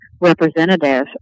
representative